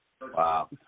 Wow